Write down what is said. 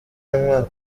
y’umwaka